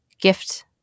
gift